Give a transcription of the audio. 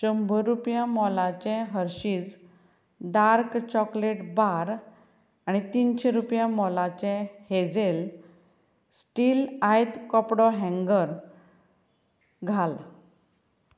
शंबर रुपया मोलाचें हर्शीज डार्क चॉकलेट बार आनी तिनशीं रुपया मोलाचें हेझॅल स्टील आयत कपडो हँगर घाल